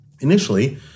Initially